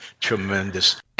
Tremendous